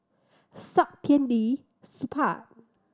Saktiandi Supaat